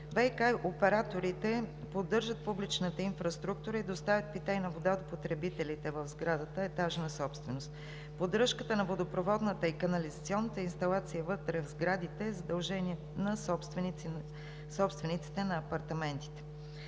ВиК операторите поддържат публичната инфраструктура и доставят питейна вода до потребителите в сградата в режим на етажна собственост. Поддръжката на водопроводната и канализационната инсталация вътре в сградите е задължение на собствениците на апартаменти.